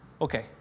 Okay